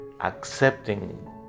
accepting